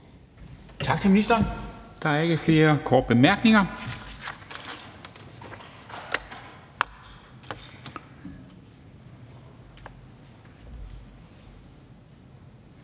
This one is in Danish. Tak til ministeren. Der er ikke flere korte bemærkninger.